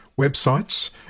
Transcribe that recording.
websites